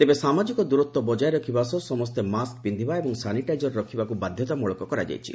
ତେବେ ସାମାଜିକ ଦୂରତ୍ୱ ବକାୟ ରଖିବା ସହ ସମସେ ମାସ୍କ ପିକ୍ବା ଏବଂ ସାନିଟାଇଜର ରଖିବାକୁ ବାଧ୍ତାମୂଳକ କରାଯାଇଛି